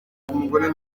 umugore